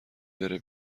بره